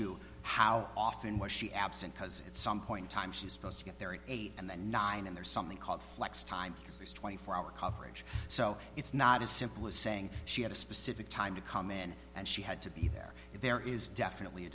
to how often was she absent because it's some point in time she is supposed to get there at eight and nine and there's something called flex time because it's twenty four hour coverage so it's not as simple as saying she had a specific time to come in and she had to be there if there is definitely a